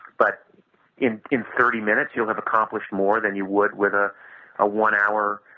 but in in thirty minutes, you have accomplished more than you would with a a one hour